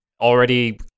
already